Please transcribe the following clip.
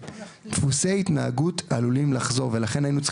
דפוסי התנהגות עלולים לחזור ולכן היינו צריכים